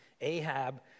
Ahab